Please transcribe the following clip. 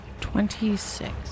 Twenty-six